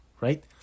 right